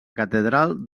catedral